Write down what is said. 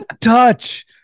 Touch